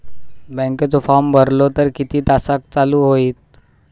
बँकेचो फार्म भरलो तर किती तासाक चालू होईत?